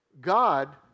God